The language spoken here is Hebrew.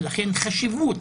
לכן חשיבות